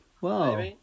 Wow